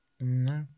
No